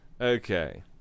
Okay